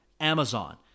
Amazon